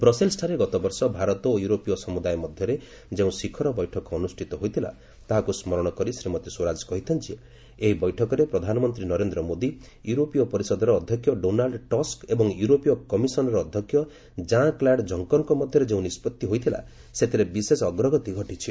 ବ୍ରସେଲସ୍ଠାରେ ଗତବର୍ଷ ଭାରତ ଓ ୟୁରୋପୀୟ ସମୁଦାୟ ମଧ୍ୟରେ ଯେଉଁ ଶିଖର ବୈଠକ ଅନୁଷ୍ଠିତ ହୋଇଥିଲା ତାହାକୁ ସ୍ମରଣ କରି ଶ୍ରୀମତୀ ସ୍ୱରାଜ କହିଛନ୍ତି ଯେ ଏହି ବୈଠକରେ ପ୍ରଧାନମନ୍ତ୍ରୀ ନରେନ୍ଦ୍ର ମୋଦି ୟୁରୋପୀୟ ପରିଷଦର ଅଧ୍ୟକ୍ଷ ଡୋନାଲ୍ଚ ଟସ୍କ୍ ଏବଂ ୟୁରୋପୀୟ କମିଶନର ଅଧ୍ୟକ୍ଷ ଜାଁ କ୍ଲାଡ୍ ଜଙ୍କର୍କ ମଧ୍ୟରେ ଯେଉଁ ନିଷ୍ପଭି ହୋଇଥିଲା ସେଥିରେ ବିଶେଷ ଅଗ୍ରଗତି ଘଟିଛି